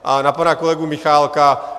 A na pana kolegu Michálka.